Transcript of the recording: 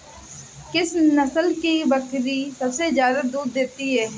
किस नस्ल की बकरी सबसे ज्यादा दूध देती है?